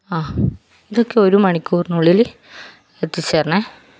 ആഹ് ഇതൊക്കെ ഒരു മണിക്കൂറിനുള്ളില് എത്തിച്ച് തരണെ